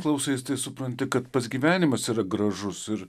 klausais tai supranti kad pats gyvenimas yra gražus ir